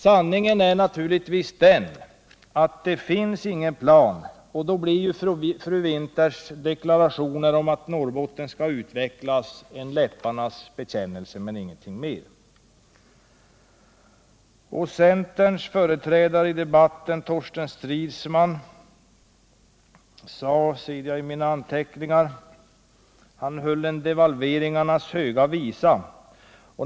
Sanningen är naturligtvis att det inte finns någon plan, och då blir fru Winthers deklarationer om att Norrbotten skall utvecklas en läpparnas bekännelse, men ingenting mer. Centerns företrädare i debatten, Torsten Stridsman, framförde en devalveringarnas höga visa.